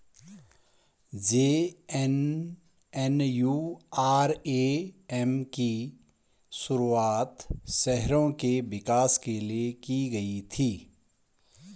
JNNURM की शुरुआत शहरों के विकास के लिए की गई थी